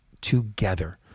together